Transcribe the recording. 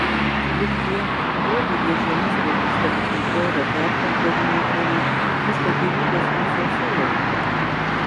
juk tie uogų dėžėmis prekystalius nukrovę perpardavinėtojai miško gėrybes rūsiuose laiko